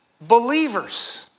believers